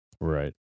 Right